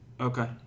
okay